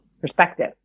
perspective